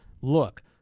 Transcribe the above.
Look